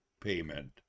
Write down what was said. payment